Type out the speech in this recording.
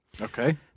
Okay